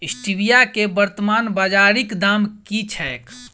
Stevia केँ वर्तमान बाजारीक दाम की छैक?